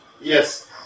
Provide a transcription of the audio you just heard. Yes